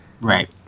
Right